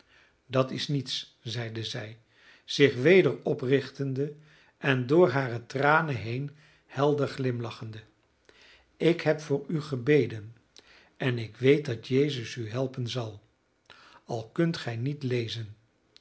dat is niets zeide zij zich weder oprichtende en door hare tranen heen helder glimlachende ik heb voor u gebeden en ik weet dat jezus u helpen zal al kunt gij niet lezen